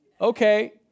Okay